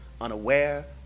unaware